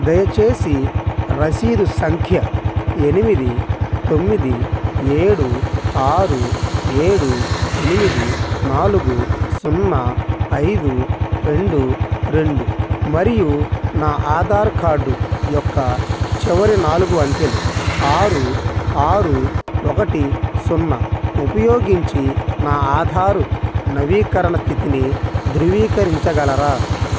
దయచేసి రసీదు సంఖ్య ఎనిమిది తొమ్మిది ఏడు ఆరు ఏడు ఎనిమిది నాలుగు సున్నా ఐదు రెండు రెండు మరియు నా ఆధార్ కార్డు యొక్క చివరి నాలుగు అంకెలు ఆరు ఆరు ఒకటి సున్నా ఉపయోగించి నా ఆధార్ నవీకరణ స్థితిని ధృవీకరించగలరా